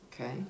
Okay